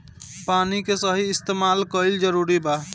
पानी के सही इस्तेमाल कइल जरूरी बा